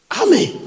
Amen